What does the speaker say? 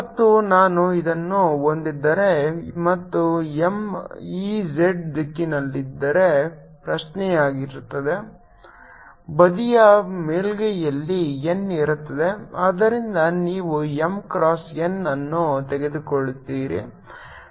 ಮತ್ತು ನಾನು ಇದನ್ನು ಹೊಂದಿದ್ದರೆ ಮತ್ತು M ಈ z ದಿಕ್ಕಿನಲ್ಲಿದ್ದರೆ ಪ್ರಶ್ನೆಯಾಗಿರುತ್ತದೆ ಬದಿಯ ಮೇಲ್ಮೈಯಲ್ಲಿ n ಇರುತ್ತದೆ ಆದ್ದರಿಂದ ನೀವು M ಕ್ರಾಸ್ n ಅನ್ನು ತೆಗೆದುಕೊಳ್ಳುತ್ತೀರಿ